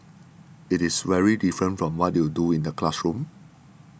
it is very different from what you do in the classroom